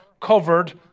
covered